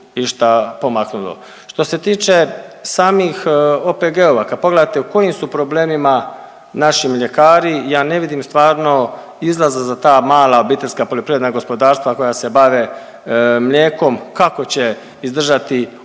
Što se tiče samih OPG-ova, kad pogledate u kojim su problemima naši mljekari ja ne vidim stvarno izlaza za ta mala OPG-ove koja se bave mlijekom, kako će izdržati ovo